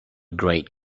great